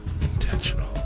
Intentional